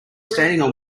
standing